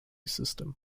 system